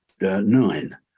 nine